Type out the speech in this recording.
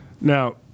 Now